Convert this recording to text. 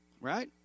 Right